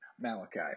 malachi